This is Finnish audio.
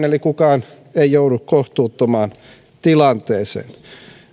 eli kukaan ei joudu kohtuuttomaan tilanteeseen